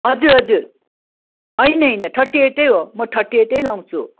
हजुर हजुर होइन होइन थर्टी एटै हो थर्टी एटै लाउँछु